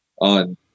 on